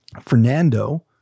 Fernando